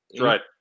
Right